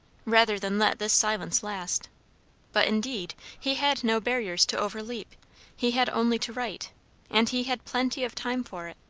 rather than let this silence last but indeed he had no barriers to overleap he had only to write and he had plenty of time for it.